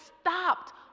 stopped